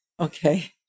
Okay